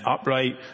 upright